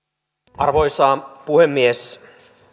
arvoisa puhemies